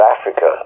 Africa